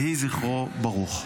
יהי זכרו ברוך.